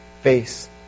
face